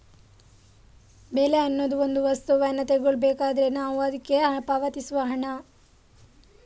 ಬೆಲೆ ಅನ್ನುದು ಒಂದು ವಸ್ತುವನ್ನ ತಗೊಳ್ಬೇಕಾದ್ರೆ ನಾವು ಅದ್ಕೆ ಪಾವತಿಸುವ ಹಣ